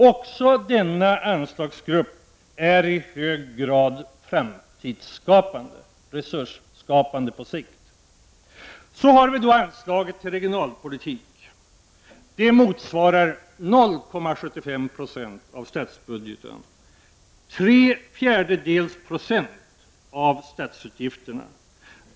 Denna anslagsgrupp är också i hög grad på sikt framtidsskapande och resursskapande. Anslaget till regionalpolitik motsvarar 0,75 96 av statsbudgeten, tre fjärdedels procent av statsutgifterna.